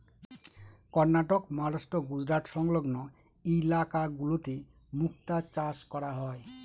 কর্ণাটক, মহারাষ্ট্র, গুজরাট সংলগ্ন ইলাকা গুলোতে মুক্তা চাষ করা হয়